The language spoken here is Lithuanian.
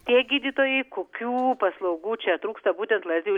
tie gydytojai kokių paslaugų čia trūksta būtent lazdijų